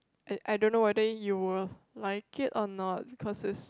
I I don't know whether you will like it or not because it's